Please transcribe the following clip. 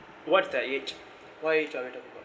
what's the age what age are you talking about